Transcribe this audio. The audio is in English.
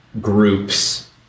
groups